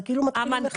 זה כאילו מתחילים מחדש.